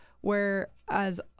whereas